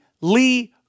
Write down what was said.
Lee